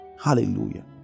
Hallelujah